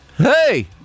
Hey